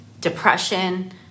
depression